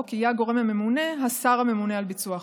יהיה הגורם הממונה השר הממונה על ביצוע החוק,